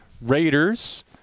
Raiders